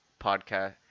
podcast